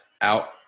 out